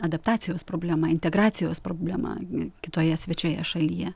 adaptacijos problemą integracijos problemą kitoje svečioje šalyje